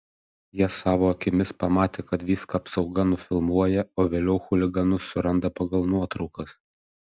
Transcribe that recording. jie savo akimis pamatė kad viską apsauga nufilmuoja o vėliau chuliganus suranda pagal nuotraukas